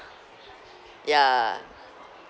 ya